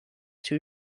too